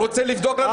הוא גם הפריע לי.